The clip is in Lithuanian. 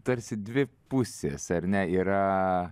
tarsi dvi pusės ar ne yra